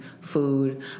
food